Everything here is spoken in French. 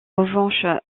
revanche